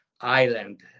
Island